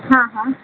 હા હા